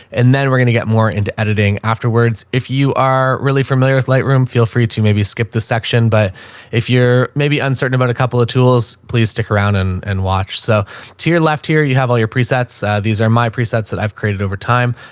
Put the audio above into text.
and then we're going to get more into editing afterwards. if you are really familiar with light room, feel free to maybe skip the section, but if you're maybe uncertain about a couple of tools, please stick around and and watch. so to your left here, you have all your presets. these are my presets that i've created over time.